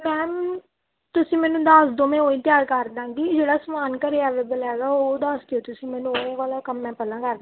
ਕੰਮ ਤੁਸੀਂ ਮੈਨੂੰ ਦੱਸ ਦਿਓ ਮੈਂ ਉਹ ਹੀ ਤਿਆਰ ਕਰ ਦੇਵਾਂਗੀ ਜਿਹੜਾ ਸਮਾਨ ਘਰ ਆਵੇਬਲ ਹੈਗਾ ਉਹ ਦੱਸ ਦਿਓ ਤੁਸੀਂ ਮੈਨੂੰ ਉਹ ਵਾਲਾ ਕੰਮ ਮੈਂ ਪਹਿਲਾਂ ਕਰਦਾ